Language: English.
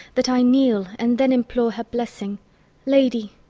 that i kneel, and then implore her blessing lady,